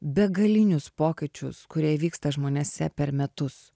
begalinius pokyčius kurie įvyksta žmonėse per metus